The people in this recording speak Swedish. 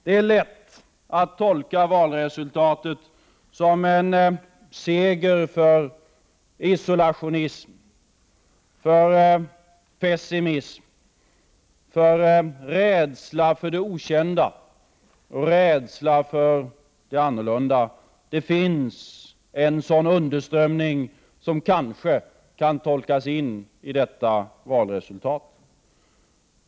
Det är lätt att tolka valresultatet som en seger för isolationism, för pessimism och för rädsla för det okända och rädsla för det annorlunda. Det finns en sådan underströmning som kanske kan tolkas in i detta valresultat.